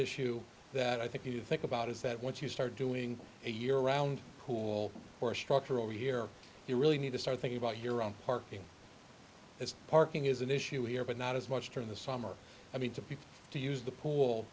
issue that i think you think about is that once you start doing a year round school or structure over here you really need to start thinking about your own parking it's parking is an issue here but not as much during the summer i mean to people to use the